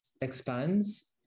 expands